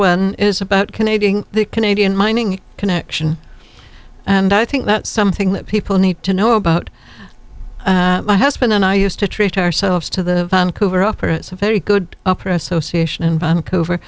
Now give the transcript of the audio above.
when is about canadian the canadian mining connection and i think that's something that people need to know about my husband and i used to treat ourselves to the vancouver upper it's a very good upper association in vancouver